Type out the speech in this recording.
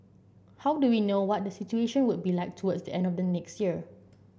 how do we know what the situation will be like towards the end of next year